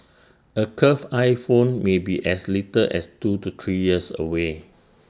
A curved iPhone may be as little as two to three years away